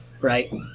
right